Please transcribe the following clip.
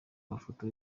mafoto